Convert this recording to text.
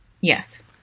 Yes